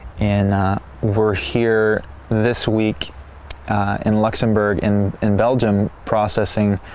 and we're here this week in luxembourg and in belgium processing,